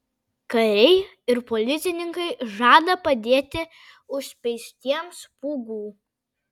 kariai ir policininkai žada padėti užspeistiems pūgų